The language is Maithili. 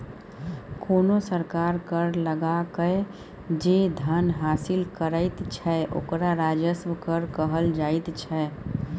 कोनो सरकार कर लगाकए जे धन हासिल करैत छै ओकरा राजस्व कर कहल जाइत छै